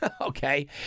Okay